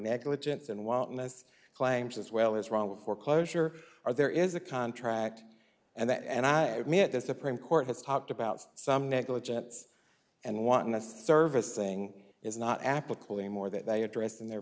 negligence and wantonness claims as well as wrong foreclosure or there is a contract and that and i admit this supreme court has talked about some negligence and wanting that service thing is not applicable anymore that they addressed in their